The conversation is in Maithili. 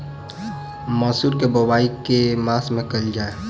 मसूर केँ बोवाई केँ के मास मे कैल जाए?